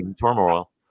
turmoil